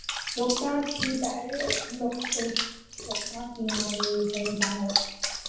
ꯂꯣꯛꯇꯥꯛꯀꯤ ꯗꯥꯏꯔꯦꯛ ꯂꯣꯛꯇꯥꯛꯇ ꯂꯩ ꯂꯣꯛꯇꯥꯛꯀꯤ ꯉꯥ ꯂꯩꯔꯤ ꯍꯣꯔꯦꯟ ꯆꯥꯅꯕ